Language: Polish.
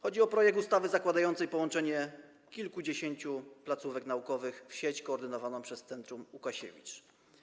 Chodzi o projekt ustawy zakładającej połączenie kilkudziesięciu placówek naukowych w sieć koordynowaną przez Centrum Łukasiewicz.